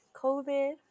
COVID